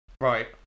Right